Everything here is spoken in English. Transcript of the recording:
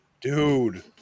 Dude